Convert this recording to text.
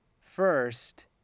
first